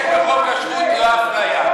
יש בחוק השבות, אלי,